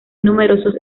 numerosos